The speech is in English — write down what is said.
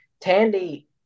tandy